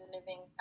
living